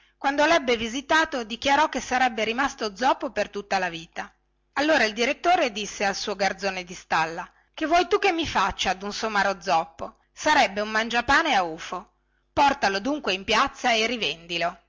quando lebbe visitato dichiarò che sarebbe rimasto zoppo per tutta la vita allora il direttore disse al suo garzone di stalla che vuoi tu che mi faccia dun somaro zoppo sarebbe un mangiapane a ufo portalo dunque in piazza e rivendilo